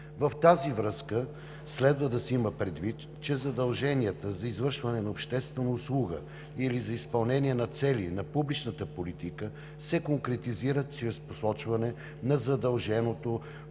В тази връзка следва да се има предвид, че задълженията за извършване на обществена услуга или за изпълнение на цели на публичната политика се конкретизират чрез посочване на задълженото